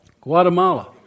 Guatemala